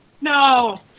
No